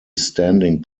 standing